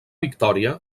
victòria